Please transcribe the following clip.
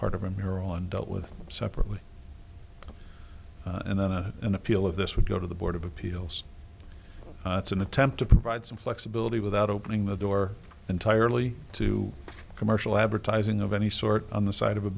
part of a miron dealt with separately and then a in appeal of this would go to the board of appeals it's an attempt to provide some flexibility without opening the door entirely to commercial advertising of any sort on the side of a